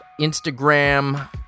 Instagram